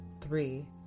Three